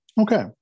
Okay